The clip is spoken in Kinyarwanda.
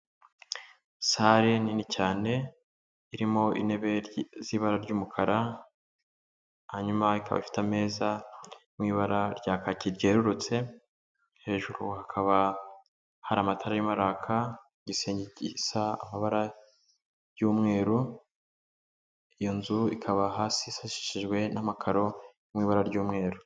Sale nini cyane irimo intebe z'ibara ry'umukara, hanyuma ikabafite ameza ari mu ibara rya kaki ryererutse, hejuru hakaba hari amatara arimo araka, igisenge gisa amabara y'umweru, iyo nzu ikaba hasi isashishijwe n'amakaro ari mu ibara ry'umweru.